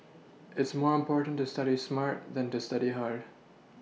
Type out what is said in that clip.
it's more important to study smart than to study hard